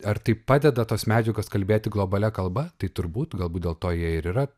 ar tai padeda tos medžiagos kalbėti globalia kalba tai turbūt galbūt dėl to jie ir yra